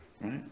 right